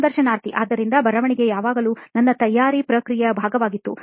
ಸಂದರ್ಶನಾರ್ಥಿ ಆದ್ದರಿಂದ ಬರವಣಿಗೆ ಯಾವಾಗಲೂ ನನ್ನ ತಯಾರಿ ಪ್ರಕ್ರಿಯೆಯ ಭಾಗವಾಗಿತ್ತು